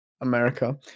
America